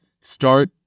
Start